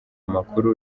makuru